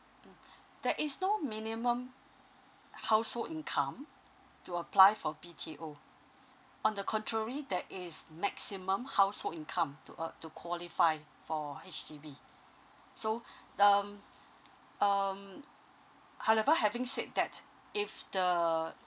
mm there is no minimum household income to apply for B_T_O on the contrary there is maximum household income to a~ to qualify for H_D_B so um um however having said that if the